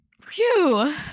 Phew